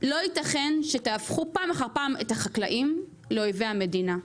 לא ייתכן שתהפכו פעם אחר פעם את החקלאים לאויבי המדינה.